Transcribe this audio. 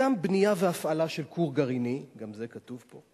גם בנייה והפעלה של כור גרעיני, גם זה כתוב פה.